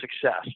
success